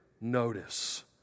notice